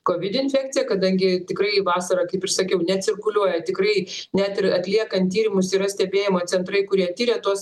covid infekcija kadangi tikrai vasarą kaip ir sakiau necirkuliuoja tikrai net ir atliekant tyrimus yra stebėjimo centrai kurie tiria tuos